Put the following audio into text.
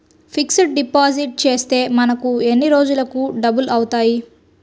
Fixed deposit చేస్తే మనకు ఎన్ని రోజులకు డబల్ అవుతాయి?